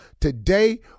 Today